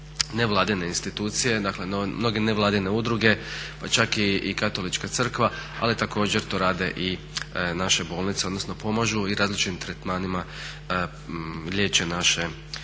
nevladine institucije, dakle mnoge nevladine udruge pa čak i katolička crkva ali također to rade i naše bolnice odnosno pomažu i različitim tretmanima liječe naše ovisnike.